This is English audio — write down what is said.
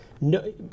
no